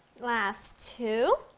last two,